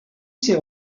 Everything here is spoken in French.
ses